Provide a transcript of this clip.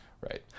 right